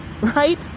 right